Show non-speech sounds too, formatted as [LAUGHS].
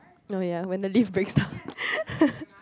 oh ya when the lift breaks down [LAUGHS]